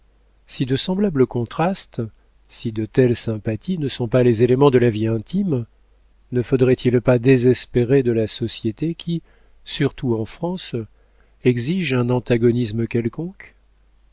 si de semblables contrastes si de telles sympathies ne sont pas les éléments de la vie intime ne faudrait-il pas désespérer de la société qui surtout en france exige un antagonisme quelconque